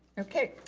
okay,